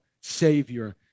Savior